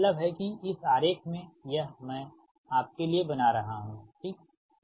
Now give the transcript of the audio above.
इसका मतलब है कि इस आरेख मेंयह मैं आपके लिए बना रहा हूं ठीक